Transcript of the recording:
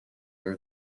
are